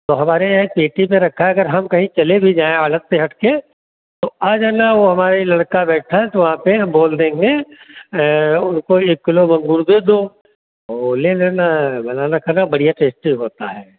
तो हमारे यहाँ एक पेटी में रखा है अगर अगर हम कहीं चले भी जाए तो आढ़त से हट के तो आ जाना वो हमारा लड़का बैठता है तो वहाँ पर हम बोल देंगे उसको एक किलो मंगूर दे दो वो ले लेना बनाना खाना बढ़िया टेस्टी होता है